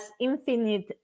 infinite